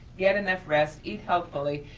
get enough rest, eat healthfully,